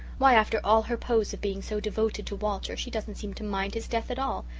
why, after all her pose of being so devoted to walter, she doesn't seem to mind his death at all.